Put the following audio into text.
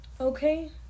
okay